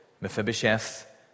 Mephibosheth